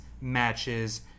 matches